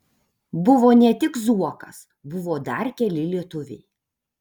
buvo ne tik zuokas buvo dar keli lietuviai